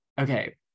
Okay